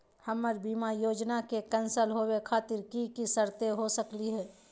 हमर बीमा योजना के कैन्सल होवे खातिर कि कि शर्त हो सकली हो?